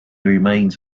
remains